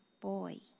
boy